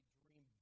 dream